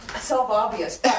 self-obvious